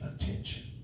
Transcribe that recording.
attention